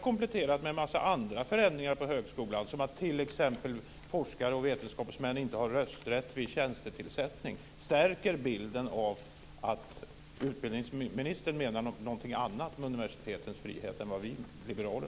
Kompletterat med många andra förändringar på högskolan, som att t.ex. forskare och vetenskapsmän inte har rösträtt vid tjänstetillsättning, stärker det bilden av att utbildningsministern menar något annat med universitetens frihet än vi liberaler.